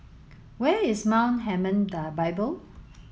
where is Mount Hermon Bible